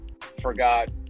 forgot